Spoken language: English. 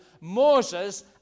Moses